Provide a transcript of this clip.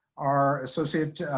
our associate